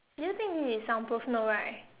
do you think this is soundproof no right